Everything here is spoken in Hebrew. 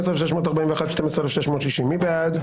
12,581 עד 12,600, מי בעד?